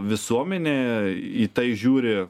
visuomenė į tai žiūri